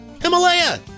Himalaya